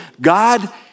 God